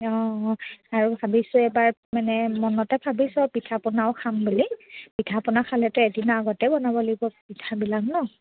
অঁ আৰু ভাবিছোঁ এবাৰ মানে মনতে ভাবিছোঁ পিঠা পনাও খাম বুলি পিঠা পনা খালেতেো এদিনৰ আগতে বনাব লাগিব পিঠাবিলাক নহ্